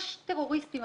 יש טרוריסטים.